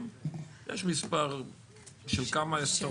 ישיבת מעקב,